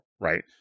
right